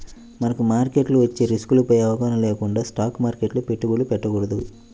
మనకు మార్కెట్లో వచ్చే రిస్కులపై అవగాహన లేకుండా స్టాక్ మార్కెట్లో పెట్టుబడులు పెట్టకూడదు